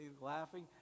laughing